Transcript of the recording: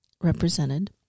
represented